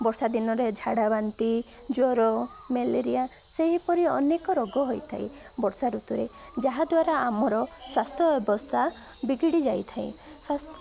ବର୍ଷା ଦିନରେ ଝାଡ଼ା ବାନ୍ତି ଜ୍ୱର ମ୍ୟାଲେରିଆ ସେହିପରି ଅନେକ ରୋଗ ହୋଇଥାଏ ବର୍ଷା ଋତୁରେ ଯାହାଦ୍ୱାରା ଆମର ସ୍ୱାସ୍ଥ୍ୟ ବ୍ୟବସ୍ଥା ବିଗିଡ଼ି ଯାଇଥାଏ ସ୍ୱାସ୍